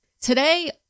Today